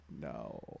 no